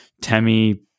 Tammy